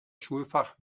schulfach